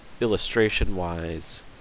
illustration-wise